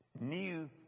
new